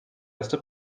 erste